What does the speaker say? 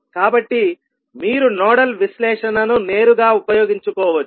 కాబట్టి మీరు నోడల్ విశ్లేషణ ను నేరుగా ఉపయోగించుకోవచ్చు